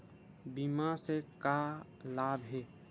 बीमा से का लाभ हे?